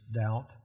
doubt